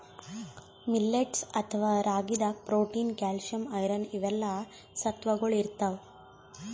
millets ಅಥವಾ ರಾಗಿದಾಗ್ protein, calcium, iron ಇವೆಲ್ಲಾ ಸತ್ವಗೊಳ್ ಇರ್ತವ್